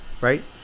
right